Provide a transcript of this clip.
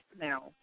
now